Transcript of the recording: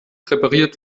repariert